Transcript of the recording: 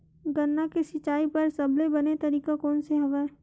गन्ना के सिंचाई बर सबले बने तरीका कोन से हवय?